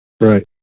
Right